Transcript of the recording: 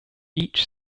each